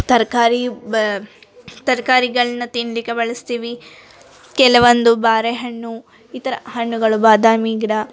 ತರಕಾರಿ ಬ ತರಕಾರಿಗಳ್ನ ತಿನ್ಲಿಕ್ಕೆ ಬಳಸ್ತೀವಿ ಕೆಲವೊಂದು ಬಾರೆಹಣ್ಣು ಈ ಥರ ಹಣ್ಣುಗಳು ಬಾದಾಮಿ ಗಿಡ